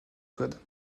code